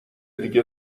دیگه